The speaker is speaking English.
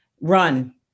run